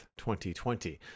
2020